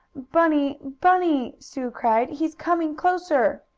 bunny! bunny! sue cried. he's coming closer!